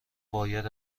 باید